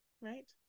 right